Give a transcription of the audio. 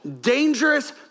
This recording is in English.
dangerous